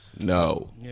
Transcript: No